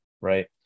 right